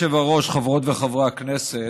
אדוני היושב-ראש, חברות וחברי הכנסת,